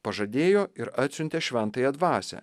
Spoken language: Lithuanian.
pažadėjo ir atsiuntė šventąją dvasią